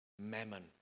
mammon